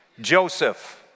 Joseph